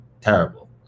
terrible